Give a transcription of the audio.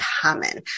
common